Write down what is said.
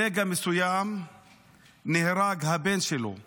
ברגע מסוים נהרג הבן שלו איברהים.